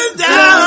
down